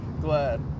Glad